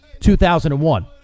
2001